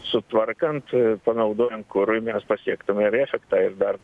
sutvarkant panaudojant kurui mes pasiektume ir efektą ir dar